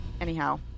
anyhow